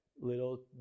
Little